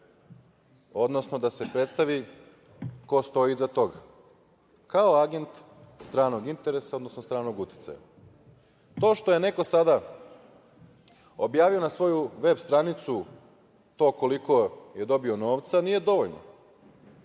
odnosno da se predstavi ko stoji iza toga kao agent stranog interesa, odnosno stranog uticaja. To što je neko sada objavio na svojoj veb stranici to koliko je dobio novca nije dovoljno,